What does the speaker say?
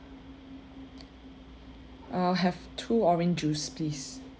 I'll have two orange juice please